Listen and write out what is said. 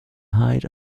hide